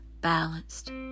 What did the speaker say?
balanced